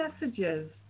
messages